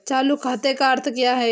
चालू खाते का क्या अर्थ है?